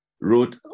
wrote